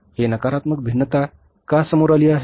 हे नकारात्मक भिन्नता का समोर आली आहे